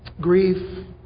grief